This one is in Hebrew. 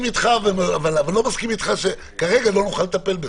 אני מסכים אתך, אבל כרגע לא נוכל לטפל בזה.